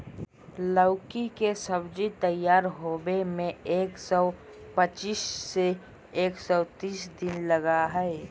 लौकी के सब्जी तैयार होबे में एक सौ पचीस से एक सौ तीस दिन लगा हइ